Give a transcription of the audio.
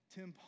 Tim